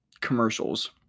commercials